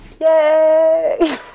Yay